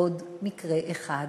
עוד מקרה אחד